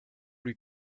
lui